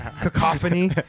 Cacophony